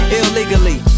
illegally